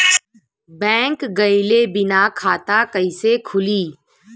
Bank गइले बिना खाता कईसे खुली?